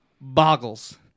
Boggles